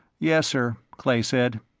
yes, sir, clay said.